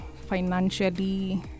financially